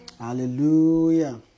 Hallelujah